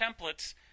templates